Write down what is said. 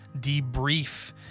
debrief